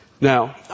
Now